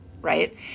right